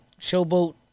Showboat